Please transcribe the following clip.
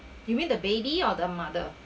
you mean the baby or the mother